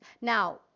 now